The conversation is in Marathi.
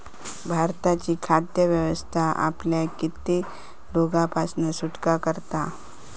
भारताची खाद्य व्यवस्था आपल्याक कित्येक रोगांपासना सुटका करता